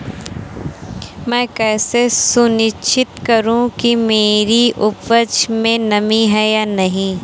मैं कैसे सुनिश्चित करूँ कि मेरी उपज में नमी है या नहीं है?